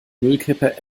müllkippe